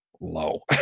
low